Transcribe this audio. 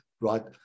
right